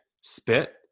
spit